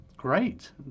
Great